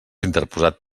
interposat